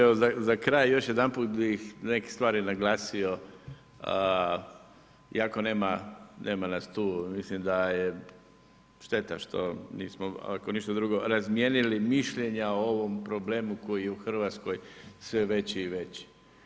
Evo, za kraj, još jedanput bi neke stvari naglasio, iako nema nas tu, mislim da je šteta, što nismo, ako ništa drugo, razmijenili mišljenja o ovom problemu koji je u Hrvatskoj sve veći i veći.